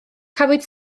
cafwyd